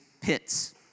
pits